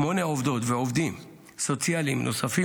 שמונה עובדות ועובדים סוציאליים נוספים